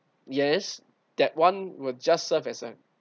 yes that one will just serve as a